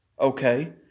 Okay